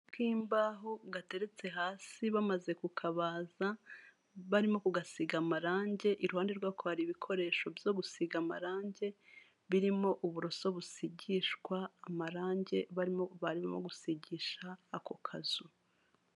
K'imbaho gateretse hasi bamaze kukabaza, barimo kugasiga amarangi, iruhande rwako hari ibikoresho byo gusiga amarangi, birimo uburoso busigishwa amarangi, barimo gusigisha ako kazu.